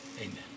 Amen